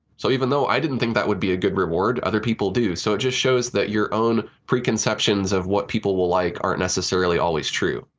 so even though i didn't think that would be a good reward, other people do. so it just shows that your own preconceptions of what people will like aren't necessarily always true.